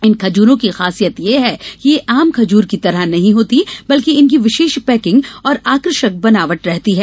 इन खजूरों की खासियत यह है कि यह आम खजूर की तरह नहीं होती बल्कि इनकी विशेष पैकिग और आकर्षक बनावट रहती है